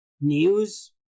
news